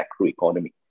macroeconomy